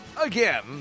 again